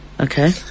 Okay